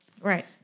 right